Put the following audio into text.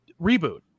reboot